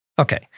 Okay